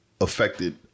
affected